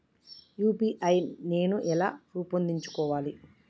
UPI నేను ఎలా రూపొందించుకోవాలి?